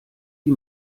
die